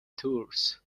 tours